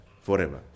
forever